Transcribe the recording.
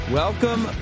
welcome